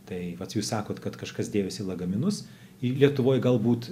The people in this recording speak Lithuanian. tai vat jūs sakot kad kažkas dėjosi lagaminus į lietuvoj galbūt